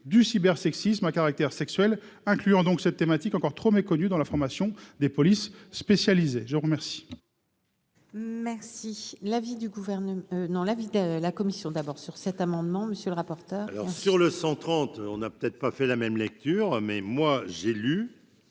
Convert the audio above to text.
du cyber sexisme à caractère sexuel, incluant donc cette thématique encore trop méconnu dans la formation des polices spécialisées, je vous remercie.